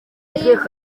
yves